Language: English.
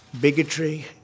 bigotry